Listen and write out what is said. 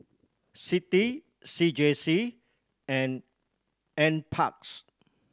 CITI C J C and N Parks